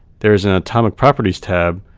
there is an atomic properties tab,